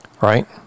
Right